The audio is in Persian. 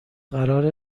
قراره